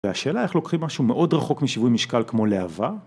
והשאלה איך לוקחים משהו מאוד רחוק משיווי משקל כמו להבה...